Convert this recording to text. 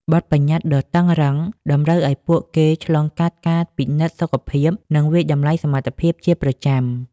បទប្បញ្ញត្តិដ៏តឹងរ៉ឹង តម្រូវឲ្យពួកគេឆ្លងកាត់ការពិនិត្យសុខភាពនិងវាយតម្លៃសមត្ថភាពជាប្រចាំ។